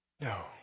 No